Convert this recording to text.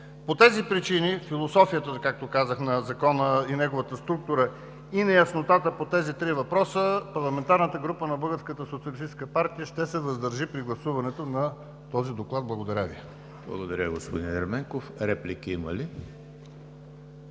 По тези причини философията, както казах, на Закона и неговата структура, и неяснотата по тези три въпроса, парламентарната група на Българската социалистическа партия ще се въздържи при гласуването на този доклад. Благодаря Ви. ПРЕДСЕДАТЕЛ ЕМИЛ ХРИСТОВ: Благодаря, господин Ерменков. Реплики има ли?